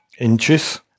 inches